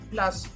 Plus